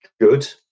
Good